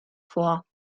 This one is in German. vor